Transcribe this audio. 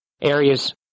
areas